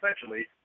essentially